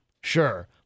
Sure